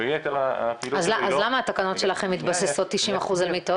ויתר הפעילות --- אז למה התקנות שלכם מתבססות 90% על מיטות?